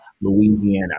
Louisiana